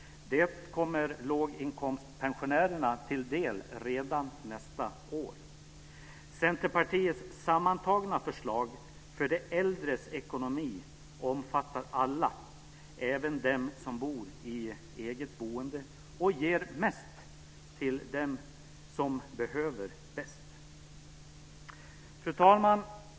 Det kommer låginkomstpensionärerna till del redan nästa år. Centerpartiets sammantagna förslag för de äldres ekonomi omfattar alla, även dem som bor i eget boende, och ger mest till dem som behöver det bäst. Fru talman!